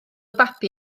babi